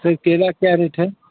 sir केला क्या rate है